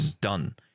done